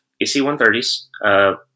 AC-130s